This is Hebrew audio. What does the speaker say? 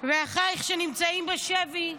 ואחייך שנמצאים בשבי,